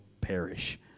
perish